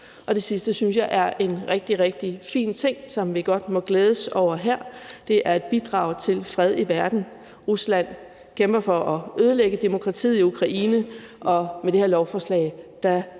det sidste synes jeg er en rigtig, rigtig fin ting, som vi godt må glædes over her. Det er et bidrag til fred i verden. Rusland kæmper for at ødelægge demokratiet i Ukraine, og med det her lovforslag